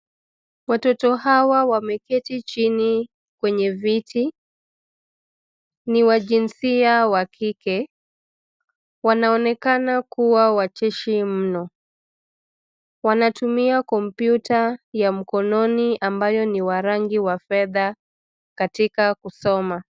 Watoto hawa wameketi chini kwenye viti. Ni wa jinsia wa kike. Wanaonekana kuwa wacheshi mno. Wanatumia kompyuta ya mkononi ambayo ni wa rangi wa fedha katika kusoma.